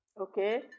Okay